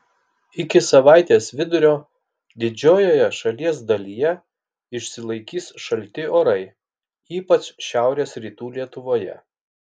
iki savaitės vidurio didžiojoje šalies dalyje išsilaikys šalti orai ypač šiaurės rytų lietuvoje